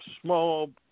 small